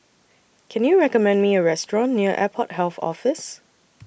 Can YOU recommend Me A Restaurant near Airport Health Office